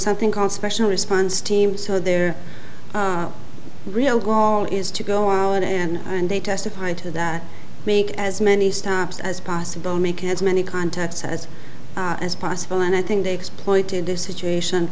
something called special response team so their real goal is to go out and and they testify to that make as many stops as possible make as many contacts as as possible and i think they exploited this situation